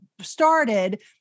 started